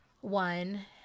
One